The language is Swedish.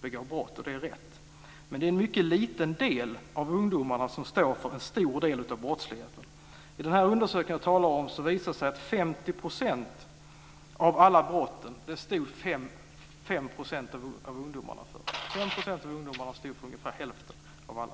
begår brott, och det är rätt. Men det är en mycket liten del av ungdomarna som står för en stor del av brottsligheten. I den undersökning som jag talar om visar det sig att 5 % av ungdomarna stod för 50 % av alla brotten.